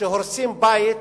כשהורסים בית